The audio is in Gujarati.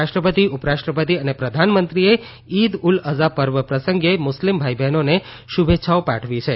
રાષ્ટ્રપતિ ઉપરાષ્ટ્રપતિ અને પ્રધાનમંત્રીએ ઇદ ઉલ અઝા પર્વ પ્રસંગે મુસ્લિમ ભાઈબહેનોને શુભેચ્છાઓ પાઠવી છે